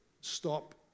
Stop